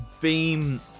beam